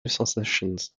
sensations